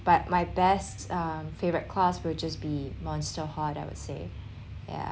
but my best uh favorite class will just be monster hard I would say yeah